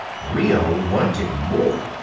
rio wanted more!